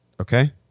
Okay